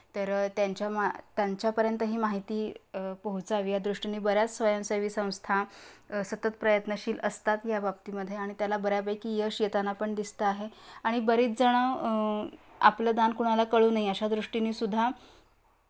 तर त्यांच्या मा त्यांच्यापर्यंत ही माहिती पोहचावी या दृष्टीने बऱ्याच स्वयंसेवी संस्था सतत प्रयत्नशील असतात या बाबतीमध्ये आणि त्याला बऱ्यापैकी यश येताना पण दिसतं आहे आणि बरीचजणं आपलं दान कुणाला कळू नये अशा दृष्टीनेसुद्धा